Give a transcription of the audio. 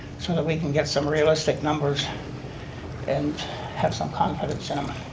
sort of we can get some realistic numbers and have some confidence in them.